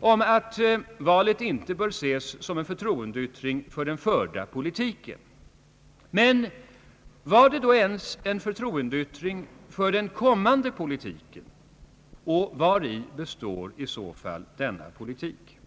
om att valet inte bör ses som en förtroendeyttring för den förda politiken. Men var det då ens en förtroendeyttring för den kommande socialdemokratiska politiken, och vari består i så fall denna politik?